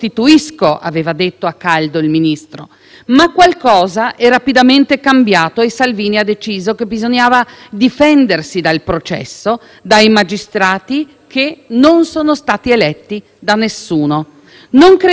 bisognava difendersi dal processo, dai magistrati che non sono stati eletti da nessuno. Non credevo che avremmo assistito a una replica sbiadita di quello scontro tra politica e magistratura